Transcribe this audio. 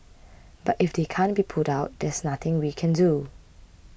but if they can't be put out there's nothing we can do